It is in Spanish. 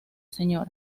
sra